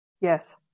yes